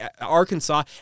Arkansas